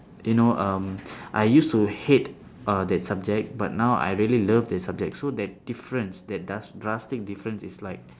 you know um I used to hate uh that subject but now I really love that subject so that difference that dras~ drastic difference is like